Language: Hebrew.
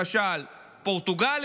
למשל פורטוגל,